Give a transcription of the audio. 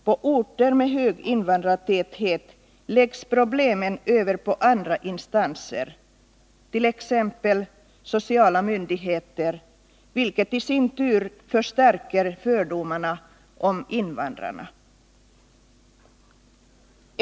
På orter med hög invandrartäthet läggs problemen över på andra instanser, t.ex. sociala myndigheter, vilket i sin tur förstärker fördomarna mot invandrarna.